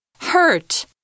Hurt